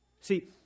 See